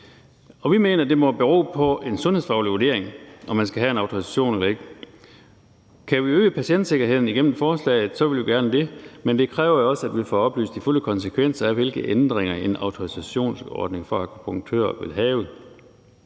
Vi mener, at det må bero på en sundhedsfaglig vurdering, om man skal have en autorisation eller ej. Kan vi øge patientsikkerheden gennem forslaget, vil vi gerne det, men det kræver jo også, at vi får oplyst de fulde konsekvenser af, hvilke ændringer en autorisationsordning for akupunktører vil have.